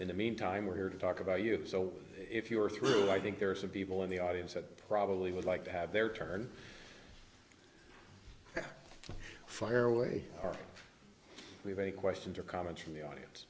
in the meantime we're here to talk about you so if you're through i think there are some people in the audience that probably would like to have their turn to fire way we have any questions or comments from the audience